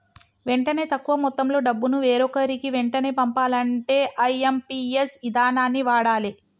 వెంటనే తక్కువ మొత్తంలో డబ్బును వేరొకరికి వెంటనే పంపాలంటే ఐ.ఎమ్.పి.ఎస్ ఇదానాన్ని వాడాలే